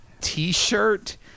t-shirt